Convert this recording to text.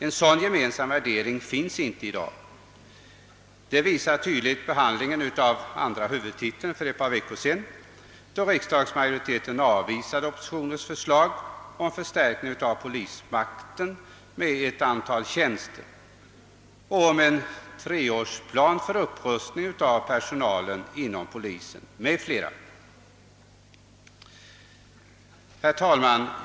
En sådan gemensam värdering finns inte i dag. Det visade tydligt behandlingen av andra huvudtiteln för några veckor sedan, då riksdagsmajoriteten avvisade oppositionens förslag om förstärkning av polismakten med ett antal tjänster och om en treårsplan för upprustning av personalorganisationen inom polisen m.m. Herr talman!